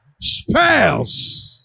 Spells